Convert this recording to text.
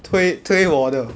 推推我的